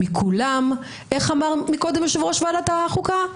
איך אמר קודם יושב-ראש ועדת החוקה?